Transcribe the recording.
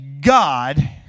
God